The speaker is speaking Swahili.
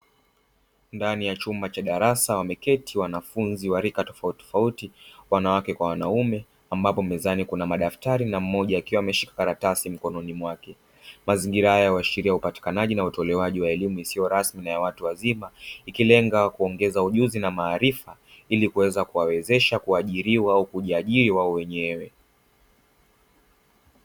Ndani cha chumba cha darasa wameketi wanafunzi wa rika tofauti tofauti wanawake kwa wanaume ambapo mezani kuna madaftari na mmoja akiwa ameshika karatasi mkononi mwake, mazingira haya huashiria hupatikanaji na utolewaji wa elimu isiyo rasmi na ya watu wazima ikilenga kuongeza ujuzi na maarifa ili kuweza kuwawezesha kuajiriwa au kujiajiri wao wenyewe.